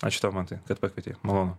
ačiū tau mantai kad pakvietei malonu